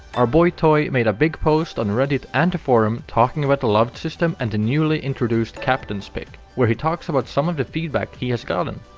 our boy toy made a big post on reddit and the forum talking about the loved system and the newly introduced captain's pick. where he talks about some of the feedback he has gotten.